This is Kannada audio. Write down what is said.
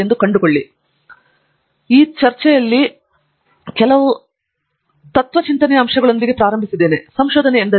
ಪ್ರತಾಪ್ ಹರಿಡೋಸ್ ಆದ್ದರಿಂದ ಈ ಚರ್ಚೆಯಲ್ಲಿ ನಾವು ಕೆಲವು ತತ್ತ್ವಚಿಂತನೆಯ ಅಂಶಗಳೊಂದಿಗೆ ಪ್ರಾರಂಭಿಸಿದ್ದೇವೆ ಸಂಶೋಧನೆ ಎಂದರೇನು